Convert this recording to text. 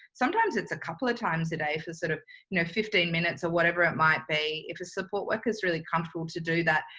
sometimes it's a couple of times a day for sort of, you know, fifteen minutes or whatever it might be, if a support worker's really comfortable to do that,